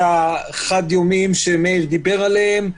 זה החד-יומיים שמאיר דיבר עליהם,